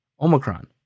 Omicron